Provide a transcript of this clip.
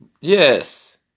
Yes